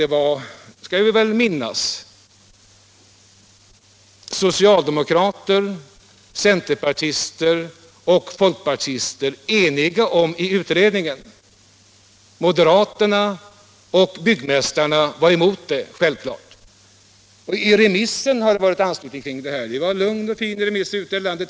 Och vi skall väl minnas att socialdemokrater, centerpartister och folkpartister var eniga i utredningen. Moderaterna och byggmästarna var självfallet emot det. Även vid remissbehandlingen blev det anslutning.